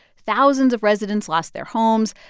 thousands of residents lost their homes.